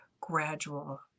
gradual